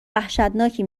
وحشتناکی